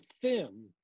thin